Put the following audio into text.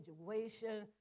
situation